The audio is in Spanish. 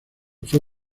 fue